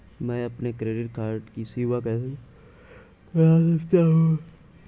मैं अपने credit card की सीमा कैसे बढ़ा सकता हूँ?